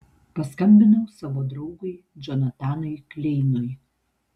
paskambinau savo draugui džonatanui kleinui